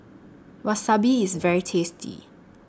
Wasabi IS very tasty